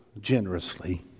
generously